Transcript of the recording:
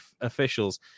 officials